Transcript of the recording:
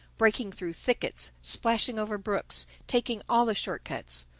breaking through thickets, splashing over brooks, taking all the short cuts.